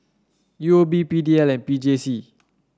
U O B P D L and P J C